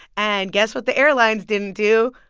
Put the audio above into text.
and guess what the airlines didn't do?